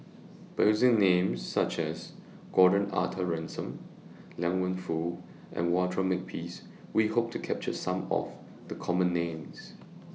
By using Names such as Gordon Arthur Ransome Liang Wenfu and Walter Makepeace We Hope to capture Some of The Common Names